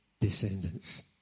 descendants